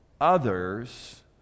others